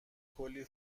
کلی